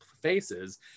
faces